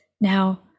Now